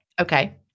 Okay